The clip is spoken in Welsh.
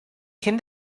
cyn